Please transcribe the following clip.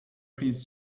please